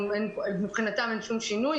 מבחינתם אין שום שינוי.